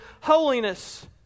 holiness